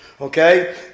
Okay